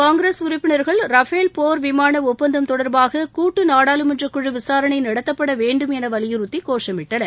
காங்கிரஸ் உறுப்பினர்கள் ரஃபேல் போர் விமாள ஒப்பந்தம் தொடர்பாக கூட்டு நாடாளுமன்றக்குழு விசாரணை நடத்தப்பட வேண்டும் என வலியுறத்தி கோஷமிட்டனர்